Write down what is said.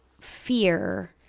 fear